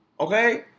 Okay